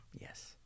Yes